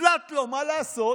נפלט לו, מה לעשות,